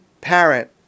parent